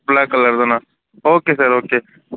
block கலர்தானா okay sir okay